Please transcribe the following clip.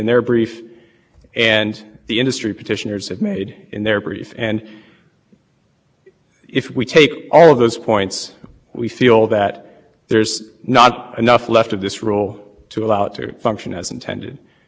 not enough left of this rule to allow it to function as intended and in my remaining time if i could just address briefly one of those points this is point two in the state's brief and that